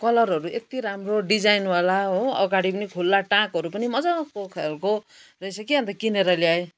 कलरहरू यति राम्रो डिजाइनवाला हो अगाडि पनि खुला टाँकहरू पनि मजाको खालको रहेछ की अन्त किनेर ल्याएँ